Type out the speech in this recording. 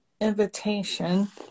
invitation